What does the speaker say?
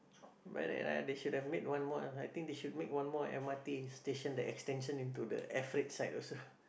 by right ah they should have made one more I think they should make one more m_r_t station that extension into the air freight side also